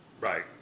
Right